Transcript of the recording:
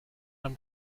i’m